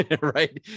right